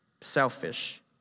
selfish